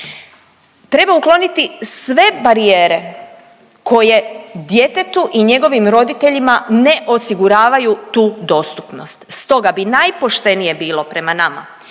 Treba ukloniti sve barijere koje djetetu i njegovim roditeljima ne osiguravaju tu dostupnost. Stoga bi najpoštenije bilo prema nama